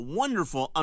wonderful